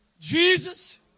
Jesus